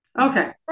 Okay